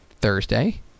Thursday